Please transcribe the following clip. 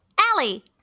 Allie